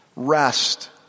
Rest